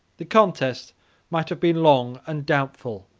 the contest might have been long and doubtful.